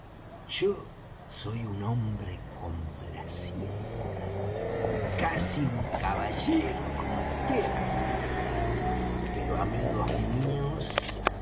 yo soy un hombre complaciente casi un caballero como vds dicen pero amigos míos